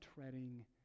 treading